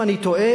אם אני טועה,